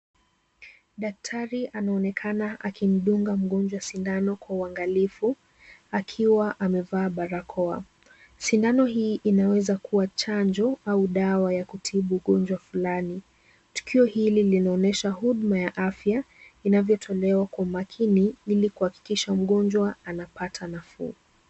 Daktari anaonekana akimdunga mgonjwa sindano kwa uangalifu akiwa amevaa barakoa ,sindano hii inaweza kuwa chanjo au dawa ya kutibu ugonjwa fulani, tukio hili linaonyesha huduma ya afya inavyotolewa kwa makini ili kuhakikisha mgonjwa anapata nafuu.